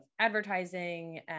advertising